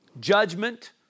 judgment